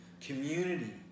community